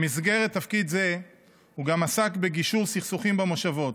במסגרת תפקיד זה הוא גם עסק בגישור סכסוכים במושבות.